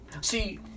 See